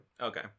okay